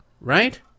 right